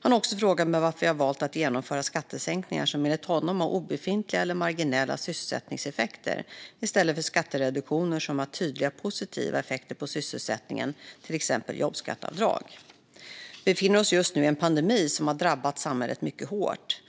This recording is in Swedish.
Han har också frågat mig varför jag har valt att genomföra skattesänkningar som enligt honom har obefintliga eller marginella sysselsättningseffekter i stället för skattereduktioner som har tydliga positiva effekter på sysselsättningen, till exempel jobbskatteavdrag. Vi befinner oss just nu i en pandemi som har drabbat samhället mycket hårt.